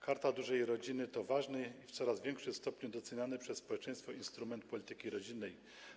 Karta Dużej Rodziny to ważny i w coraz większym stopniu doceniany przez społeczeństwo instrument polityki rodzinnej.